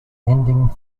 ending